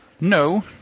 No